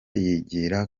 yigira